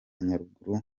nyaruguru